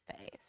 faith